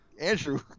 Andrew